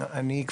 אני לא בטוח.